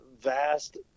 vast